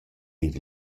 eir